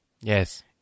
yes